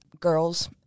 girls